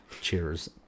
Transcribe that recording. Cheers